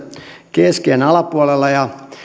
keski iän alapuolella ja